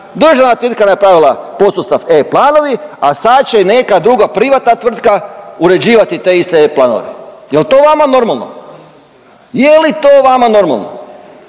državna tvrtka je napravila podsustav e-planovi, a sada će neka druga privatna tvrtka uređivati te iste e-planove. Jel' to vama normalno? Je li to vama normalno?